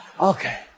Okay